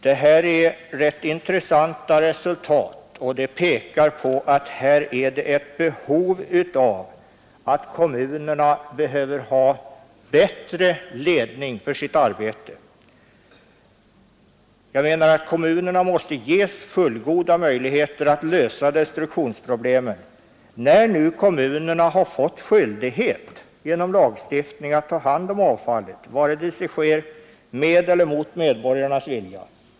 Detta är rätt intressanta resultat som visar att kommunerna behöver få enhetliga bestämmelser till ledning för sitt arbete. Kommunerna måste ges fullgoda möjligheter att lösa destruktionsproblemet, när de nu genom lagstiftning har fått skyldighet att ta hand om avfallet vare sig det sker med eller mot medborgarnas vilja.